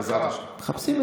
בעזרת השם.